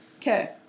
Okay